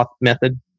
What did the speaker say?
Method